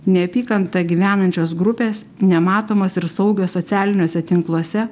neapykanta gyvenančios grupės nematomos ir saugios socialiniuose tinkluose